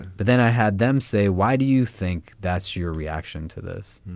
but then i had them say, why do you think that's your reaction to this?